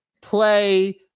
play